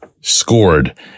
scored